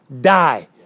die